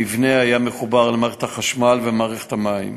המבנה היה מחובר למערכת החשמל ומערכת המים.